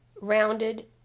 rounded